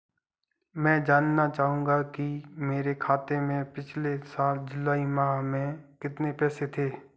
मैं जानना चाहूंगा कि मेरे खाते में पिछले साल जुलाई माह में कितने पैसे थे?